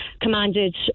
commanded